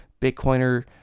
Bitcoiner